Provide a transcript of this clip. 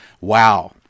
wow